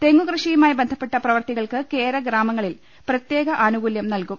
തെങ്ങുകൃഷിയുമായി ബന്ധപ്പെട്ട പ്രവർത്തികൾക്ക് കേരഗ്രാമങ്ങളിൽ പ്രത്യേക ആനുകൂല്യം ലഭിക്കും